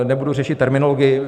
Nebudu řešit terminologii.